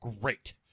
great